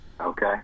Okay